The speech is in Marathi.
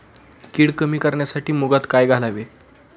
कीड कमी करण्यासाठी मुगात काय घालावे?